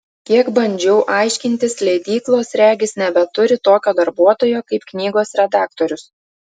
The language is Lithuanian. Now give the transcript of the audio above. kiek bandžiau aiškintis leidyklos regis nebeturi tokio darbuotojo kaip knygos redaktorius